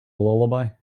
lullaby